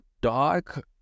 dark